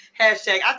hashtag